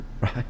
right